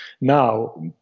now